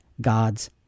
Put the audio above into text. God's